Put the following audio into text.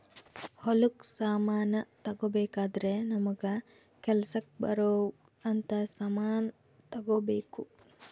ಹೊಲಕ್ ಸಮಾನ ತಗೊಬೆಕಾದ್ರೆ ನಮಗ ಕೆಲಸಕ್ ಬರೊವ್ ಅಂತ ಸಮಾನ್ ತೆಗೊಬೆಕು